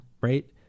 Right